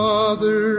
Father